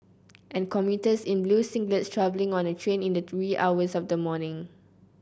and commuters in blue singlets travelling on a train in the wee hours of the morning